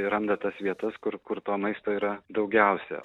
randa tas vietas kur kur to maisto yra daugiausia